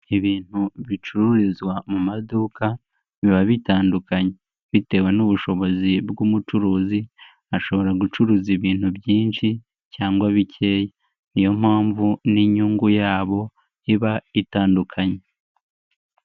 Ibintu bicururizwa mu maduka biba bitandukanye bitewe n'ubushobozi bw'umucuruzi, ashobora gucuruza ibintu byinshi cyangwa bikeya, niyo mpamvu n'inyungu yabo iba itandukanye.